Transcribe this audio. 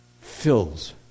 fills